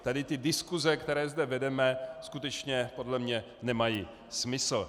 Tady ty diskuse, které zde vedeme, skutečně podle mě nemají smysl.